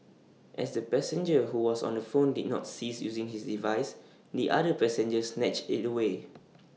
as the passenger who was on the phone did not cease using his device the other passenger snatched IT away